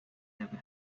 never